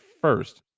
first